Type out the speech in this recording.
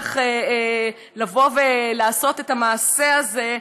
ולבוא ולעשות את המעשה הזה,